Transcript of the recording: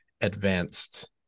advanced